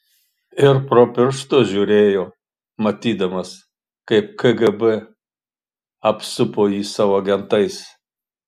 ir pro pirštus žiūrėjo matydamas kaip kgb apsupo jį savo agentais